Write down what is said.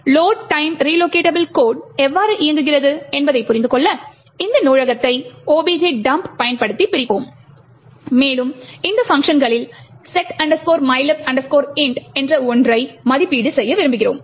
load time relocatable code எவ்வாறு இயங்குகிறது என்பதைப் புரிந்து கொள்ள இந்த நூலகத்தை objdump பயன்படுத்தி பிரிப்போம் மேலும் இந்த பங்க்ஷன்களில் set mylib int என்ற ஒன்றை மதிப்பீடு செய்கிறோம்